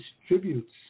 distributes